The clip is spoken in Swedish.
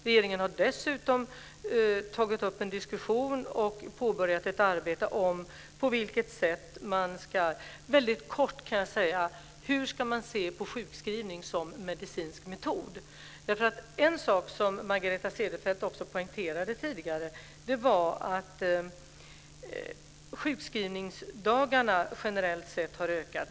Regeringen har inlett en diskussion och påbörjat ett arbete för att utreda hur sjukskrivning fungerar som medicinsk metod - för att beskriva det kortfattat. Margareta Cederfelt poängterade tidigare att sjukskrivningsdagarna generellt sett har ökat.